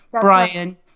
Brian